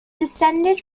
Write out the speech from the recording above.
descended